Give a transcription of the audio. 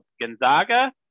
Gonzaga